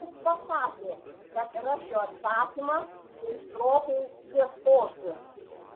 jis pasakė kad rasiu atsakymą jei stropiai ieškosiu